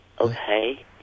Okay